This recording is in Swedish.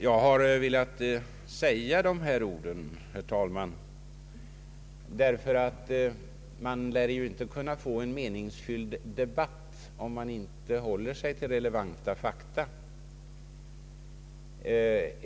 Jag har velat säga detta, herr talman, därför att man inte lär kunna få en meningsfylid debatt om man inte håller sig till relevanta fakta.